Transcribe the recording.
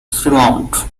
fremont